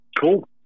Cool